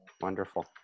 Wonderful